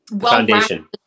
foundation